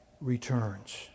returns